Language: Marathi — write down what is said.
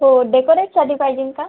हो डेकोरेटसाठी पाहिजे का